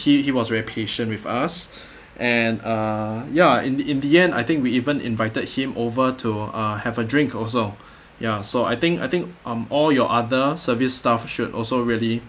he was very patient with us and uh ya in the in the end I think we even invited him over to uh have a drink also ya so I think I think um all your other service staff should also really